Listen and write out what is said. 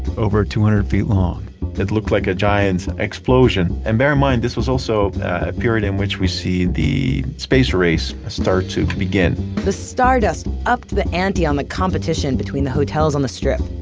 over two hundred feet long it looked like a giant explosion. and bear in mind, this was also a period in which we see the space race start to begin the stardust upped the ante on the competition between the hotels on the strip.